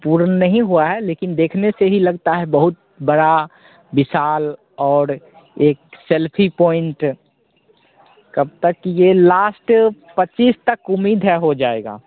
पूर्ण नहीं हुआ है लेकिन देखने से ही लगता है बहुत बड़ा विशाल और एक सेल्फी पॉइंट कब तक यह लास्ट पच्चीस तक उम्मीद है हो जाएगा